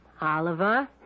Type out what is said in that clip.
Oliver